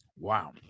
Wow